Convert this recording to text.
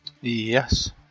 Yes